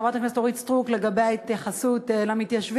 חברת הכנסת אורית סטרוק לגבי ההתייחסות למתיישבים,